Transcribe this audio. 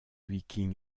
viking